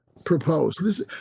Proposed